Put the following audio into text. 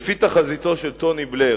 לפי תחזיתו של טוני בלייר,